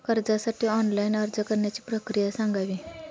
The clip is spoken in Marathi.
कर्जासाठी ऑनलाइन अर्ज करण्याची प्रक्रिया सांगावी